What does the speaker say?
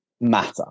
matter